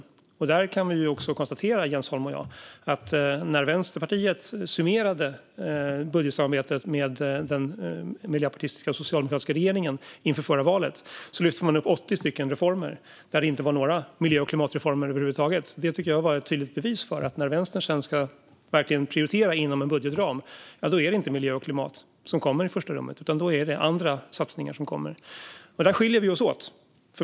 Jens Holm och jag kan konstatera att när Vänsterpartiet summerade budgetsamarbetet med den miljöpartistiska och socialdemokratiska regeringen inför förra valet lyfte man upp 80 reformer som inte var några miljö och klimatreformer över huvud taget. Det var ett tydligt bevis för att när Vänstern sedan verkligen ska prioritera inom en budgetram är det inte miljö och klimat som kommer i första rummet, utan då är det andra satsningar. Där skiljer vi oss åt.